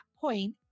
point